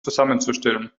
zusammenzustellen